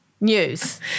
news